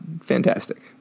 fantastic